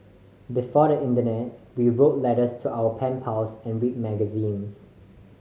before the internet we wrote letters to our pen pals and read magazines